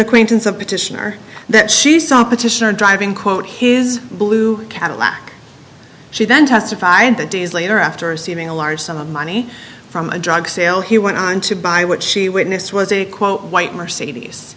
acquaintance of petitioner that she saw petitioner driving quote his blue cadillac she then testified that days later after receiving a large sum of money from a drug sale he went on to buy what she witnessed was a quote white mercedes